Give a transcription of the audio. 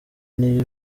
niyo